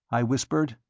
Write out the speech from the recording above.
i whispered.